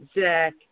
zach